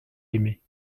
aimé